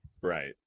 Right